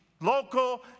local